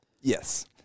Yes